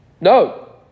No